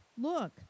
Look